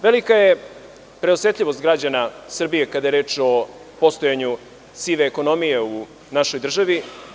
Velika je preosetljivost građana Srbije kada je reč o postojanju sive ekonomije u našoj državi.